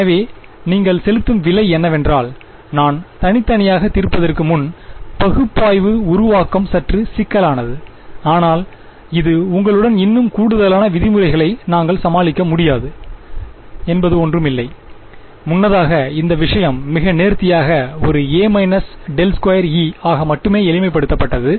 எனவே நீங்கள் செலுத்தும் விலை என்னவென்றால் நான் தனித்தனியாக தீர்ப்பதற்கு முன் பகுப்பாய்வு உருவாக்கம் சற்று சிக்கலானது ஆனால் இது உங்களுடன் இன்னும் கூடுதலான விதிமுறைகளை நாங்கள் சமாளிக்க முடியாது என்பது ஒன்றும் இல்லை முன்னதாக இந்த விஷயம் மிக நேர்த்தியாக ஒரு a−∇2E ஆக மட்டுமே எளிமைப்படுத்தப்பட்டது